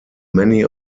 many